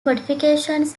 modifications